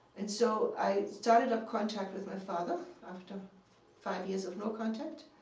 and so i started up contact with my father after five years of no contact.